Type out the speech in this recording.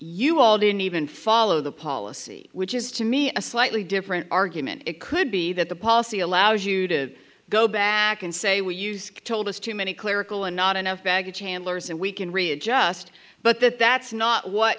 you all didn't even follow the policy which is to me a slightly different argument it could be that the policy allows you to go back and say we use told us too many clerical and not enough baggage handlers and we can readjust but that that's not what